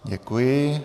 Děkuji.